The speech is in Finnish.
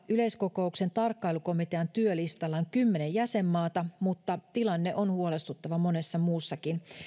yleiskokouksen tarkkailukomitean työlistalla on kymmenen jäsenmaata mutta tilanne on huolestuttava monessa muussakin kun